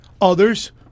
Others